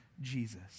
Jesus